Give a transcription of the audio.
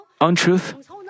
untruth